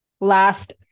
Last